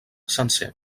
sencer